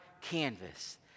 canvas